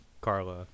Carla